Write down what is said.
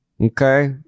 Okay